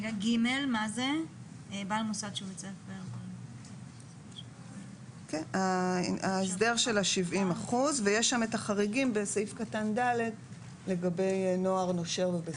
מה קורה אם זה עומד בסתירה לסעיף שכרגע דיברנו עליו?